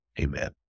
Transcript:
amen